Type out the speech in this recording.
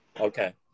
Okay